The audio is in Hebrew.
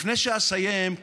לפני שאסיים,